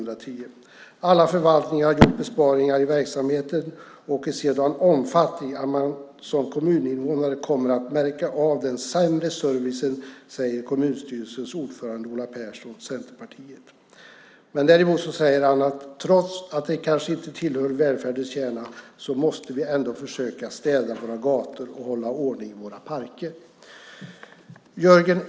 Vidare står det: "- Alla förvaltningar har gjort besparingar i verksamheterna och i sådan omfattning att man som kommuninvånare kommer att märka av den försämrade servicen, säger kommunstyrelsens ordförande Ola Persson, ." Däremot säger han att trots att det kanske inte tillhör välfärdens kärna måste de ändå försöka städa gatorna och hålla ordning i parkerna.